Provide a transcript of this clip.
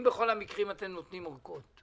אם בכל המקרים אתם נותנים אורכות,